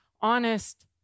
honest